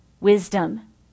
wisdom